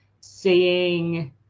seeing